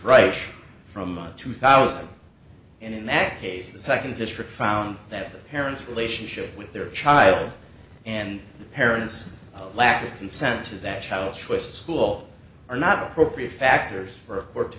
right from two thousand and in that case the nd district found that the parents relationship with their child and the parents lack of consent to that child choice school are not appropriate factors for or to